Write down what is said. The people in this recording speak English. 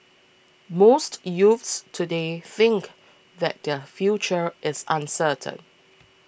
most youths today think that their future is uncertain